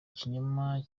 ikinyoma